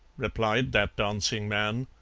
replied that dancing man.